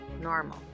normal